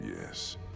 Yes